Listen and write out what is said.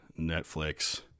Netflix